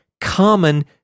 common